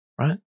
right